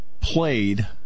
played